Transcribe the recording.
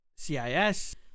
CIS